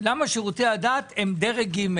למה שירותי הדת הם דרג ג'.